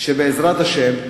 שבעזרת השם,